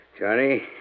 Johnny